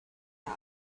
now